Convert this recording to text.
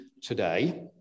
today